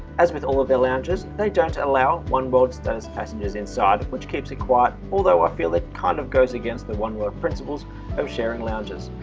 as with all of their lounges they don't allow one world status passengers inside which keeps it quiet although i feel that kind of goes against the one world principles of sharing lounges.